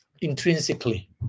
intrinsically